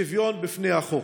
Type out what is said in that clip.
"שוויון בפני החוק.